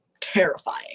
terrifying